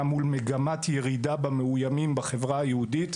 מול מגמת ירידה במאוימים בחברה היהודית,